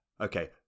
okay